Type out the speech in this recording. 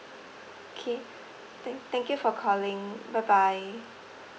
okay than~ thank you for calling bye bye